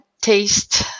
taste